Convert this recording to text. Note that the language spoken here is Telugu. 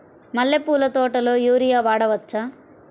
మల్లె పూల తోటలో యూరియా వాడవచ్చా?